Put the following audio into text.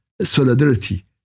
solidarity